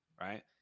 Right